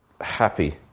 happy